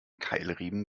keilriemen